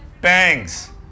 Bangs